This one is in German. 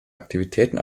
aktivitäten